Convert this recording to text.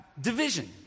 division